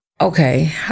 Okay